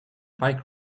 bike